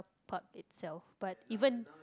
Park itself but even